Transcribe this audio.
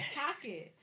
pocket